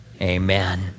Amen